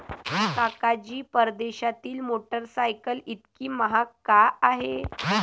काका जी, परदेशातील मोटरसायकल इतकी महाग का आहे?